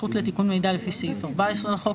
וזכות לתיקון מידע לפי סעיף 14 לחוק,